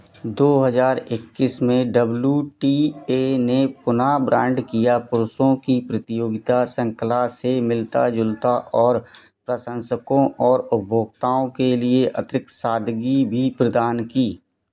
दो हज़ार इक्कीस में डब्लू टी ए ने पुन ब्रांड किया पुरुषों की प्रतियोगिता श्रृंखला से मिलता जुलता और प्रशंसकों और उपभोगताओं के लिए अतिरिक्त सादगी भी प्रदान की